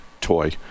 toy